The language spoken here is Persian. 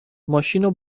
ماشینو